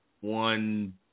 one